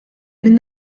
minn